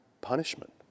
punishment